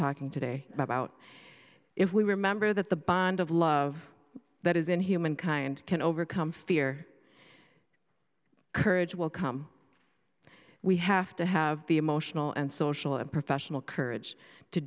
talking today about if we remember that the bond of love that is in human kind can overcome fear courage will come we have to have the emotional and social and professional courage to